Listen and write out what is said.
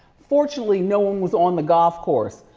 fortunately, no one was on the golf course.